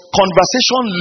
conversation